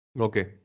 Okay